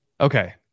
Okay